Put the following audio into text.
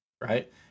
right